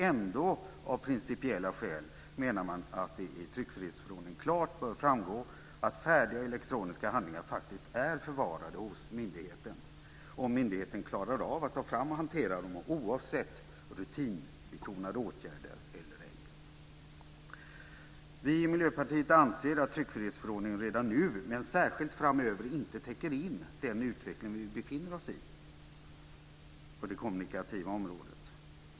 Ändå menar man, av principiella skäl, att det i tryckfrihetsförordningen klart bör framgå att färdiga elektroniska handlingar faktiskt är förvarade hos myndigheten, om myndigheten klarar av att ta fram och hantera dem, oavsett rutinbetonade åtgärder eller ej. Vi i Miljöpartiet anser att tryckfrihetsförordningen redan nu, men särskilt framöver, inte täcker in den utveckling vi befinner oss i på det kommunikativa området.